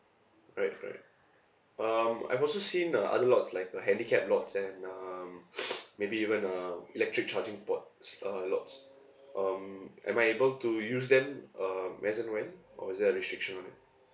alright alright um I've also seen the other lots like the handicap lots and um maybe even uh electric charging ports uh lots um am I able to use them uh resident one or is there a restriction one